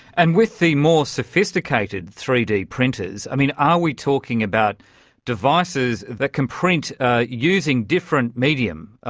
and with the more sophisticated three d printers, i mean are we talking about devices that can print using different medium?